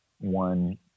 one